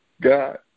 God